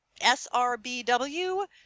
S-R-B-W